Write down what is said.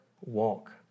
walk